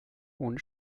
ohne